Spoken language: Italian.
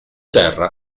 terra